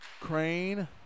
Crane